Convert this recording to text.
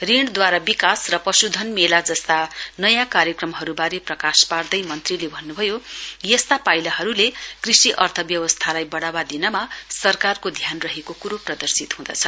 ऋणद्वारा विकास र पश्धन मेला जस्ता नयाँ कार्यक्रमहरूबारे प्रकाश पार्दै मन्त्रीले भन्न्भयो यस्ता पाइलाहरूले कृषि अर्थव्यवस्थालाई बढावा दिनमा सरकारक ध्यान रहेको क्रो प्रदर्शित हुँदछ